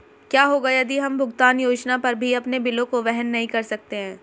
क्या होगा यदि हम भुगतान योजना पर भी अपने बिलों को वहन नहीं कर सकते हैं?